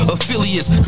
Affiliates